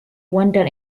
wander